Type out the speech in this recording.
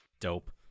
Dope